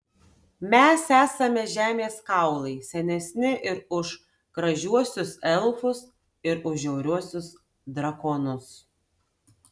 mes esame žemės kaulai senesni ir už gražiuosius elfus ir už žiauriuosius drakonus